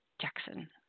Jackson